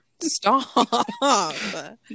Stop